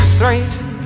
three